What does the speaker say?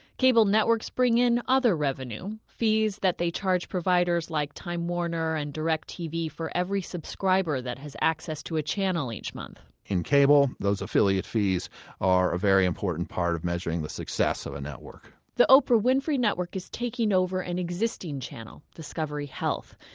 cable networks bring in other revenue fees that they charge providers like time warner and directtv for every subscriber that has access to a channel each month in cable, those affiliate fees are a very important part of measuring the success of a network the oprah winfrey network is taking over an existing channel, discovery health.